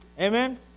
Amen